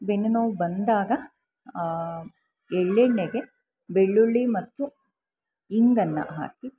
ಬೆನ್ನು ನೋವು ಬಂದಾಗ ಎಳ್ಳು ಎಣ್ಣೆಗೆ ಬೆಳ್ಳುಳ್ಳಿ ಮತ್ತು ಇಂಗನ್ನು ಹಾಕಿ